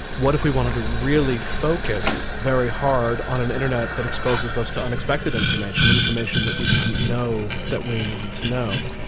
what if we wanted to really focus very hard on an internet that exposes us to unexpected information information that we didn't know that we needed to know?